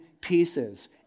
pieces